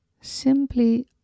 simply